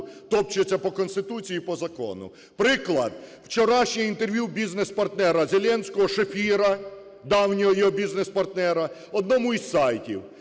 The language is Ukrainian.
топчеться по Конституції і по закону. Приклад: вчорашнє інтерв'ю бізнес-партнера Зеленського – Шефіра – давнього його бізнес-партнера одному із сайтів.